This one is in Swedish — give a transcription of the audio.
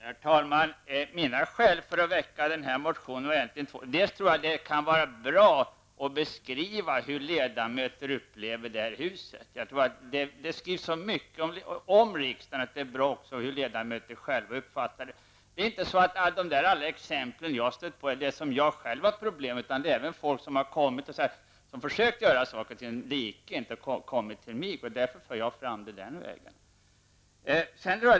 Herr talman! Mina skäl för att väcka den här motionen är egentligen två. För det första kan det vara bra att beskriva hur ledamöterna upplever det här huset. Det skrivs så mycket om riksdagen, så det kan vara bra också att skriva hur vi ledamöter själva upplever det. För det andra gäller inte alla de exempel som jag har redovisat sådant som jag själv har haft problem med. Det är andra också som försökt göra vissa saker men det har inte gått. Därför har jag framfört saken motionsvägen.